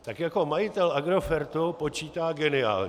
Tak jako majitel Agrofertu počítá geniálně.